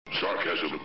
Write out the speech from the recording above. Sarcasm